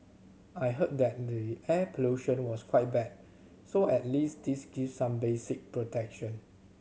I heard that the air pollution was quite bad so at least this gives some basic protection